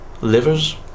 livers